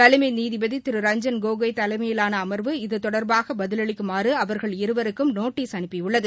தலைமை நீதிபதி திரு ரஞ்ஜன் கோகோய் தலைமையிலான அமர்வு இது தொடர்பாக பதிலளிக்குமாறு அவா்கள் இருவருக்கும் நோட்டிஸ் அனுப்பியுள்ளது